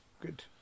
good